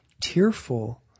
tearful